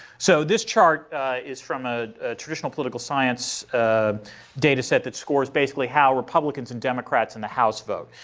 so this chart is from a traditional political science ah data set that scores basically how republicans and democrats in the house vote.